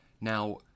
Now